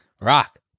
Rock